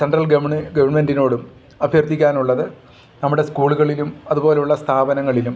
central ഗവൺമെൻറ്റിനോടും അഭ്യർത്ഥിക്കാനുള്ളത് നമ്മുടെ സ്കൂള്കളിലും അതുപോലുള്ള സ്ഥാപനങ്ങളിലും